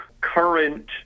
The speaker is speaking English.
current